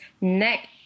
neck